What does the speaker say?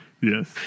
Yes